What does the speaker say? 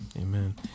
Amen